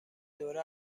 دوره